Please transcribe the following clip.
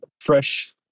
fresh